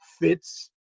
fits